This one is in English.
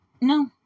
no